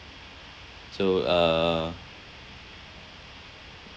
so uh